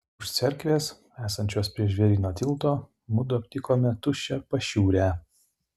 už cerkvės esančios prie žvėryno tilto mudu aptikome tuščią pašiūrę